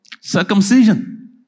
circumcision